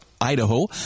Idaho